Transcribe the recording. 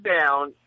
down